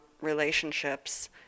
relationships